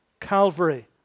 Calvary